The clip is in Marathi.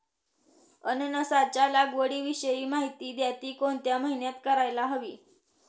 अननसाच्या लागवडीविषयी माहिती द्या, ति कोणत्या महिन्यात करायला हवी?